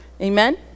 Amen